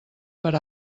per